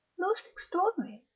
most extraordinary!